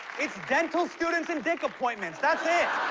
it's dental students and dick appointments, that's it.